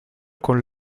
con